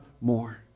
more